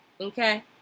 Okay